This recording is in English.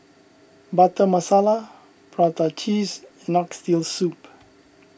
Butter Masala Prata Cheese and Oxtail Soup